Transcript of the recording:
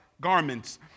garments